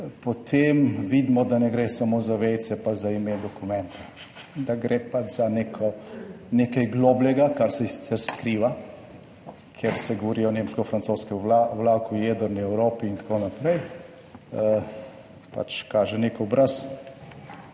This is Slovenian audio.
potem vidimo, da ne gre samo za vejice, pa za ime, dokumente, da gre pač za neko nekaj globljega. Kar se sicer skriva, kjer se govori o nemško-francoskem vlaku, jedrni Evropi in tako naprej, pač kaže nek obraz,